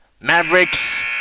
Mavericks